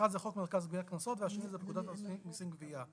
אחד זה חוק מרכז גביית קנסות והשני זה פקודת המיסים (גבייה),